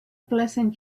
pleasant